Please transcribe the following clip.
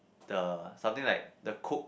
the something like the cook